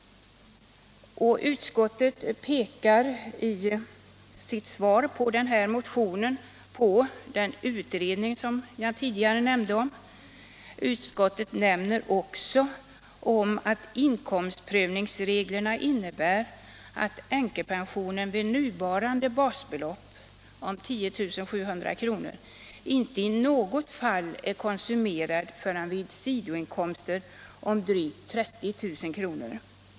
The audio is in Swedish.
Utskottet pekar i sitt utlåtande över den här motionen på den utredning som jag tidigare nämnde. Utskottet framhåller också att inkomstprövningsreglerna innebär att änkepensionen vid nuvarande basbelopp om 10 700 kr. inte i något fall är konsumerad förrän vid sidoinkomster om drygt 30 000 kr.